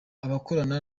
abakorana